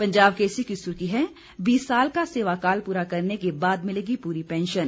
पंजाब केसरी की सुर्खी है बीस साल का सेवाकाल पूरा करने के बाद मिलेगी पूरी पैंशन